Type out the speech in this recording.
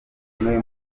umwe